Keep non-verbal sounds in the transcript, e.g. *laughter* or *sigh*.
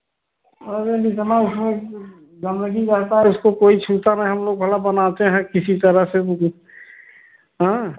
अरे इतना उसमें गंदगी रहता है इसको कोई छूता नहीं हम लोग भला बनाते हैं किसी तरह से *unintelligible* हाँ